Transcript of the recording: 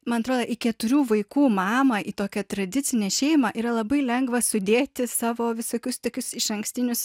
man atrodo į keturių vaikų mamą į tokią tradicinę šeimą yra labai lengva sudėti savo visokius tokius išankstinius